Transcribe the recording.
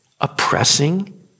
oppressing